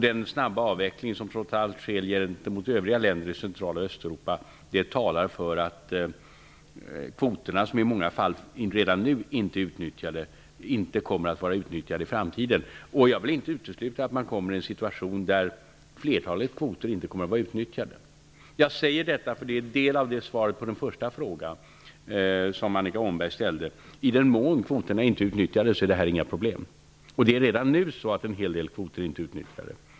Den snabba avveckling som trots allt sker gentemot övriga länder i Central och Östeuropa talar för att kvoterna, som i många fall redan nu inte är utnyttjade, inte heller kommer att vara utnyttjade i framtiden. Jag vill inte utesluta att man hamnar i en situation där flertalet kvoter inte kommer att vara utnyttjade. Jag säger detta därför att det är en del av svaret på den första frågan som Annika Åhnberg ställde. I den mån kvoterna inte är utnyttjade är detta inga problem. Och det är redan nu så att en hel del kvoter inte är utnyttjade.